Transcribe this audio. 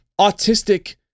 autistic